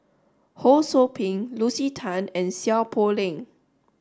Ho Sou Ping Lucy Tan and Seow Poh Leng